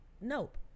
Nope